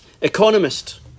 economist